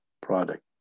product